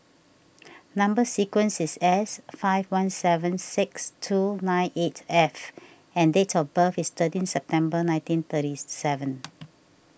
Number Sequence is S five one seven six two nine eight F and date of birth is thirteen September nineteen thirty seven